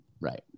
right